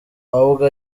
ahubwo